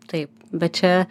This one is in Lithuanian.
taip bet čia